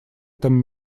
этом